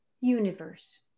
universe